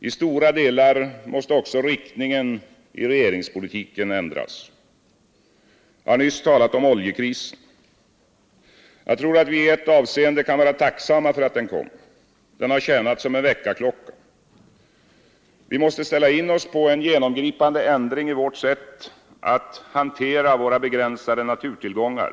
I stora delar måste också riktningen i regeringspolitiken ändras. Jag har nyss talat om oljekrisen. Jag tror att vi i ett avseende kan vara tacksamma för att den kom nu. Den har tjänat som en väckarklocka. Vi måste ställa in oss på en genomgripande ändring i vårt sätt att hantera våra begränsade naturtillgångar.